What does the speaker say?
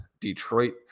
Detroit